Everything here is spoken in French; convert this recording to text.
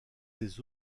des